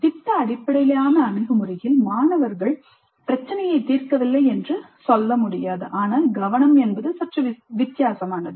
திட்ட அடிப்படையிலான அணுகுமுறையில் மாணவர்கள் பிரச்சினையை தீர்க்கவில்லை என்று சொல்ல முடியாது ஆனால் கவனம் சற்று வித்தியாசமானது